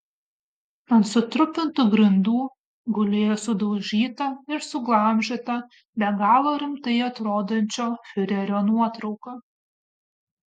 ant sutrupintų grindų gulėjo sudaužyta ir suglamžyta be galo rimtai atrodančio fiurerio nuotrauka